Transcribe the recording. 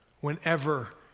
whenever